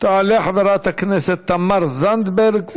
תעלה חברת הכנסת תמר זנדברג,